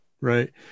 right